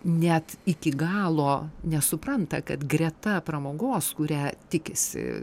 net iki galo nesupranta kad greta pramogos kurią tikisi